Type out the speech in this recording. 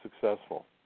successful